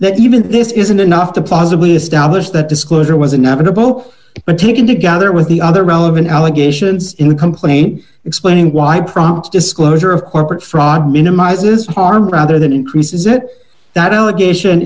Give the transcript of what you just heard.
that even this isn't enough to possibly establish that disclosure was inevitable but taken together with the other relevant allegations in the complaint explaining why prompts disclosure of corporate fraud minimizes harm rather than increases it that allegation